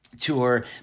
tour